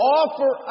offer